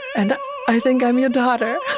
and i think i'm your daughter